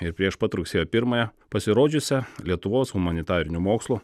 ir prieš pat rugsėjo pirmąją pasirodžiusią lietuvos humanitarinių mokslų